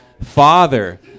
Father